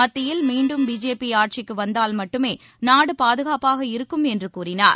மத்தியில் மீண்டும் பிஜேபி ஆட்சிக்கு வந்தால் மட்டுமே நாடு பாதுகாப்பாக இருக்கும் என்று கூறினார்